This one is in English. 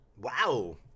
wow